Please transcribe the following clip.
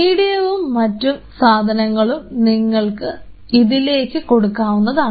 മീഡിയവും മറ്റ് സാധനങ്ങളും നിങ്ങൾ ഇതിലേക്ക് കൊടുക്കേണ്ടതാണ്